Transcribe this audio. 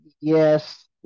yes